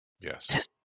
Yes